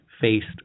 faced